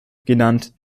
genannt